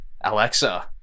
Alexa